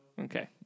Okay